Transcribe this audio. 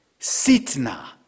Sitna